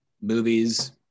movies